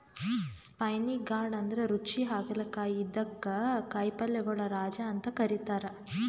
spiny gourd ಅಂದ್ರ ರುಚಿ ಹಾಗಲಕಾಯಿ ಇದಕ್ಕ್ ಕಾಯಿಪಲ್ಯಗೊಳ್ ರಾಜ ಅಂತ್ ಕರಿತಾರ್